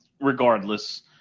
regardless